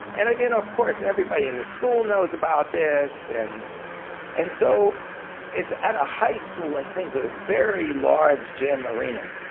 and of course everybody in the school knows about this. and and so it's at a high school in queens with a very large gym arena.